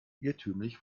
irrtümlich